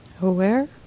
aware